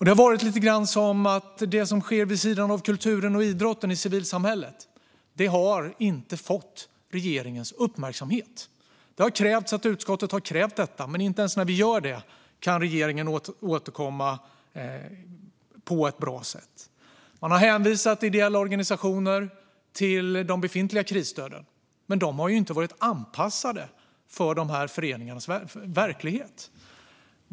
Det har varit lite grann som att det som sker vid sidan av kulturen och idrotten i civilsamhället inte har fått regeringens uppmärksamhet. Det har krävts att utskottet har krävt detta. Men inte ens när vi gör det kan regeringen återkomma på ett bra sätt. Man har hänvisat ideella organisationer till de befintliga krisstöden. Men de har inte varit anpassade för dessa föreningars verklighet.